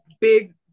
big